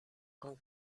con